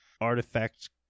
artifact